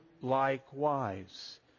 likewise